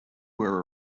were